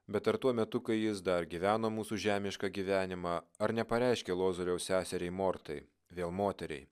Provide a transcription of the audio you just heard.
bet ar tuo metu kai jis dar gyveno mūsų žemišką gyvenimą ar nepareiškė lozoriaus seseriai mortai vėl moteriai